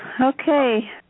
Okay